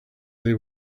they